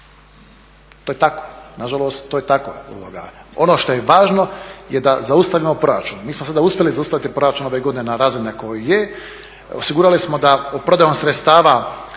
To je tako. Nažalost to je tako. Ono što je važno je da zaustavimo …, mi smo sada uspjeli zaustaviti proračun ove godine na razine koje je, osigurali smo da … sredstava